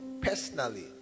personally